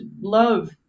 love